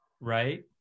Right